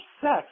sex